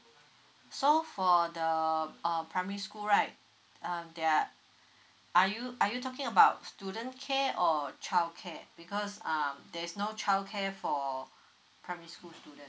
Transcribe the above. so for the uh primary school right um there are are you are you talking about student care or childcare because um there is no childcare for primary school student